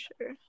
sure